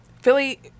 Philly